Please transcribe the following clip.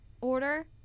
order